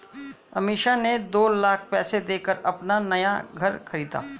अमीषा ने दो लाख पैसे देकर अपना नया घर खरीदा